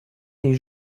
des